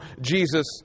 Jesus